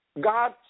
God